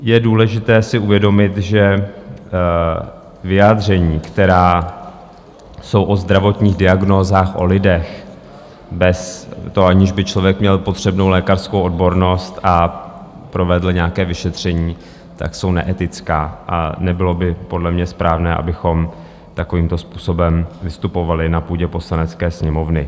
Je důležité si uvědomit, že vyjádření, která jsou o zdravotních diagnózách, o lidech bez toho, aniž by člověk měl potřebnou lékařskou odbornost a provedl nějaké vyšetření, jsou neetická a nebylo by podle mě správné, abychom takovýmto způsobem vystupovali na půdě Poslanecké sněmovny.